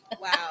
Wow